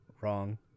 Wrong